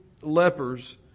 lepers